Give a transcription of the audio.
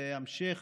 והמשך,